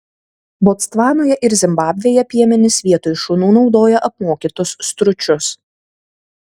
botsvanoje ir zimbabvėje piemenys vietoj šunų naudoja apmokytus stručius